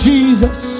Jesus